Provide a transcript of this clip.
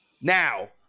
Now